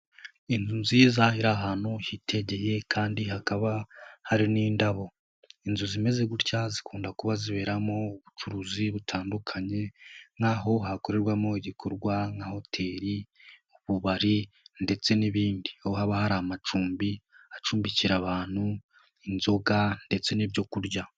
Inzu nziza iri ahantu hitegeye kandi hakaba hari n'indabo, inzu zimeze gutya zikunda kuba ziberamo ubucuruzi butandukanye nk'aho hakorerwamo igikorwa nka hoteli, ububari ndetse n'ibindi. Haba hari amacumbi acumbikira abantu, inzoga ndetse n'ibyokurya.